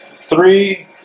three